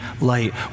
light